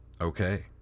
Okay